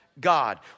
God